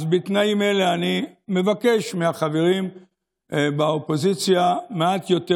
אז בתנאים אלה אני מבקש מהחברים באופוזיציה מעט יותר